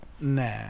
Nah